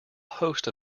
host